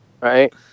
Right